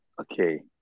Okay